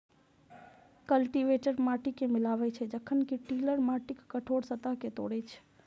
cultivator माटि कें मिलाबै छै, जखन कि टिलर माटिक कठोर सतह कें तोड़ै छै